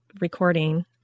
recording